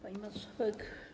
Pani Marszałek!